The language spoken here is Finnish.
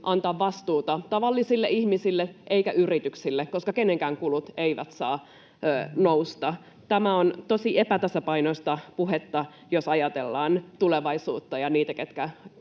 antaa vastuuta tavallisille ihmisille eikä yrityksille, koska kenenkään kulut eivät saa nousta. Tämä on tosi epätasapainoista puhetta, jos ajatellaan tulevaisuutta ja niitä, keihin